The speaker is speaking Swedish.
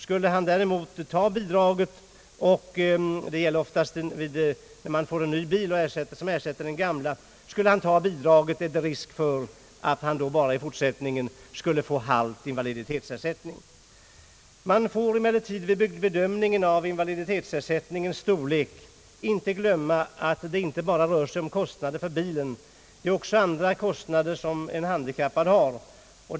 Skulle han däremot ta emot bidraget — det gäller oftast fall då han får en ny bil som ersätter den gamla — är det risk för att han då i fortsättningen bara skulle få halv invaliditetsersättning. Man får emellertid vid bedömningen av invaliditetsersättningens storlek inte slömma att det inte bara rör sig om kostnader för bilen. En handikappad har också andra kostnader.